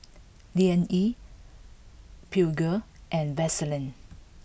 Liang Yi Peugeot and Vaseline